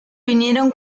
vinieron